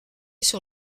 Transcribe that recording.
sur